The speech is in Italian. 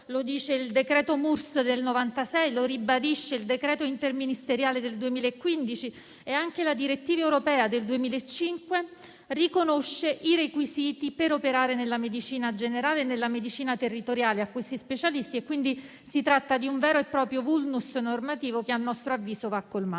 e tecnologica (MURST) del 1996; lo ribadisce il decreto interministeriale del 2015 e anche la Direttiva europea del 2005 riconosce i requisiti per operare nella medicina generale e nella medicina territoriale a questi specialisti e, quindi, si tratta di un vero e proprio *vulnus* normativo che - a nostro avviso - va colmato.